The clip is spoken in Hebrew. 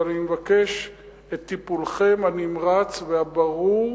אבל אני מבקש את טיפולכם הנמרץ והברור.